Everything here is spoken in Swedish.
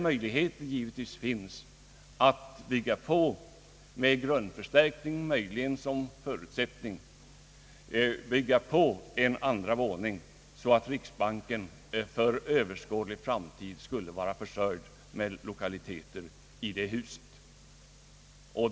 Möjlighet finns givetvis att bygga på en andra våning — möjligen med grundförstärkning som en förutsättning — varigenom riksbanken för överskådlig framtid skulle vara försörjd med lokaliteter i det nuvarande riksbankshuset.